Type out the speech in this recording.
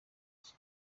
iki